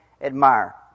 admire